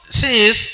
says